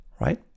right